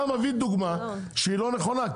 אתה מביא דוגמה שהיא לא נכונה.